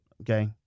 okay